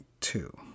two